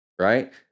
right